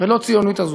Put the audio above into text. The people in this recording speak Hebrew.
והלא-ציונית הזאת.